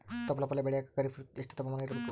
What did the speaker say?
ತೊಪ್ಲ ಪಲ್ಯ ಬೆಳೆಯಲಿಕ ಖರೀಫ್ ಎಷ್ಟ ತಾಪಮಾನ ಇರಬೇಕು?